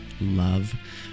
Love